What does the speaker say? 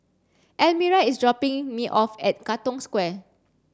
Elmira is dropping me off at Katong Square